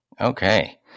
Okay